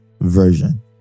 Version